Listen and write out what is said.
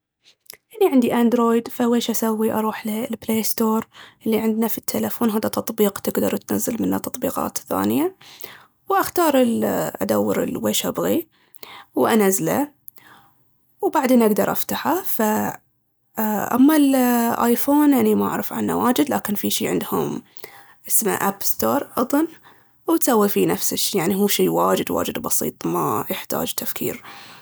أني عندي "أندرويد" فويش أسوي أروح ال"بلي ستور"، هاذا تطبيق تقدر تنزل منه تطبيقات ثانية وأختار ال- أدور ال- ويش أبغيه وأنزله وبعدين أقدر أفتحه ف... أما ال"أيفون" أني ما أعرف عنه واجد لكن في شي عندهم اسمه "أب ستور" أضن وتسوي فيه نفش الشي يعني هو شي واجد واجد بسيط ما يحتاج تفكير